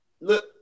look